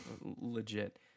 Legit